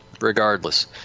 regardless